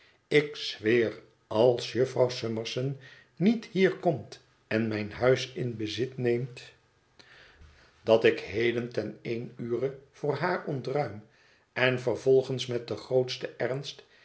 ik zweer als jufvrouw summerson niet hier komt en mijn huis in bezit neemt dat ik heden ten een ure voor haar ontruim en vervolgens met den grootsten ernst